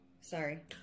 Sorry